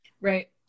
Right